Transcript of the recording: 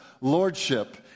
lordship